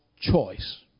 choice